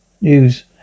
News